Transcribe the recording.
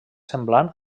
semblant